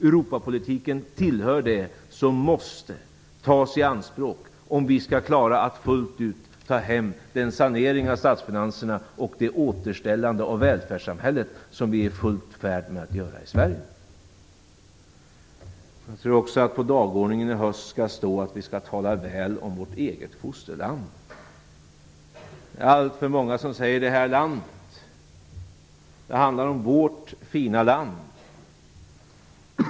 Europapolitiken tillhör det som måste tas i anspråk om vi skall klara av att fullt ut ta hem den sanering av statsfinanserna och det återställande av välfärdssamhället som vi är i full färd med att göra i Sverige. På dagordningen i höst tycker jag också att det skall stå att vi skall tala väl om vårt eget fosterland. Det är alltför många som säger "det här landet". Det handlar om vårt fina land!